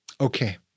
Okay